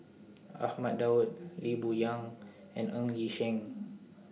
Ahmad Daud Lee Boon Yang and Ng Yi Sheng